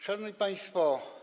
Szanowni Państwo!